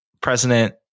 President